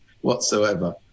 whatsoever